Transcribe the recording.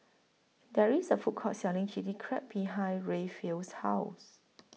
There IS A Food Court Selling Chili Crab behind Rayfield's House